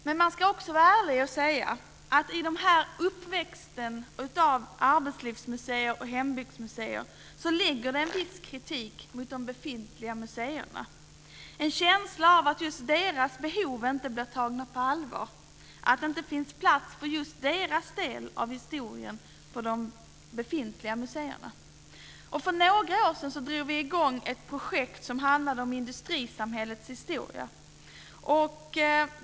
Men man ska också vara ärlig och säga att det i denna uppväxt av arbetslivsmuseer och hembygdsmuseer ligger en viss kritik mot de befintliga museerna, en känsla av att just de egna behoven inte blir tagna på allvar, att det inte finns plats för just ens egen del av historien på de befintliga museerna. För några år sedan drog vi i gång ett projekt som handlade om industrisamhällets historia.